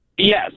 Yes